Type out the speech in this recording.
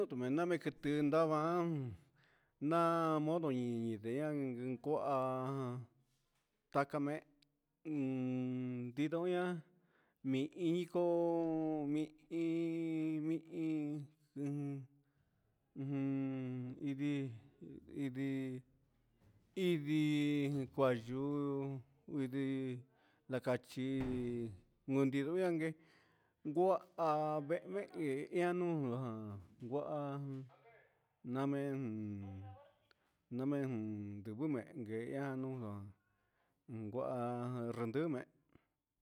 Name quitɨ ndava naan modo iin idea in cuhva tcan mee aan tindoia mihi ñi coo mihin juun ujun indi indi cuayu indi na cachi un ndihi guee guaha vehe ia nuun guaha namee jun gugume guee ia guaha rendirme